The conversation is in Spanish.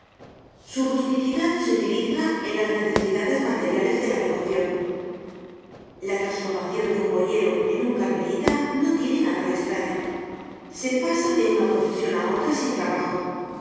su rusticidad se utiliza en las necesidades materiales de la devocion la trasformaeion de un boyero en un carmelita no tiene nada de estraña se pasa de una profesion á otra sin trabajo